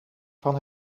van